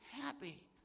happy